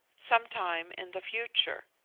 some time in the future.